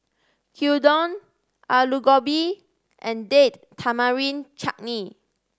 Gyudon Alu Gobi and Date Tamarind Chutney